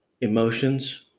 emotions